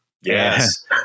Yes